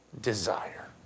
desire